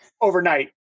overnight